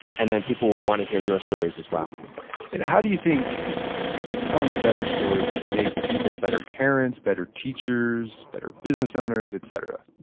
and then people will want to hear your stories as well and how do you think telling better stories can make people better parents, better teachers, better business owners, et cetera?